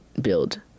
build